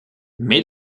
mais